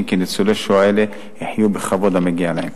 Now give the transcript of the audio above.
כי ניצולי שואה אלה יחיו בכבוד המגיע להם.